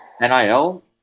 NIL